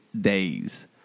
days